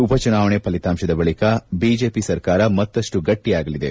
ಉಪಚುನಾವಣೆ ಫಲಿತಾಂಶದ ಬಳಿಕ ಬಿಜೆಪಿ ಸರ್ಕಾರ ಮತ್ತಪ್ಪು ಗಟ್ಟಿಯಾಗಲಿದೆ